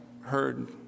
heard